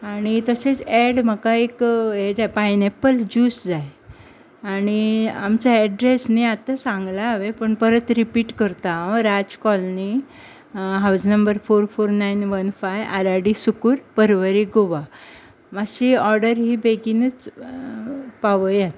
आनी तशेंच ऍड म्हाका एक हें जाय पायनऍप्पल जूस जाय आनी आमचो एड्रेस न्ही आत्तां सांगला हांवें पूण परत रिपीट करतां हांव Raj colony house number four four nine one five R R D Sukur Porvorim Goa मातशी ऑर्डर ही बेगिनूच पावयात